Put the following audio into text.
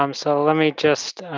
um so let me just